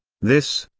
this,